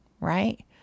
right